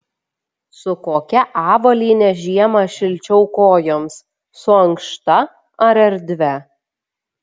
su kokia avalyne žiemą šilčiau kojoms su ankšta ar erdvia